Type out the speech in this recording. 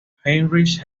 heinrich